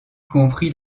compris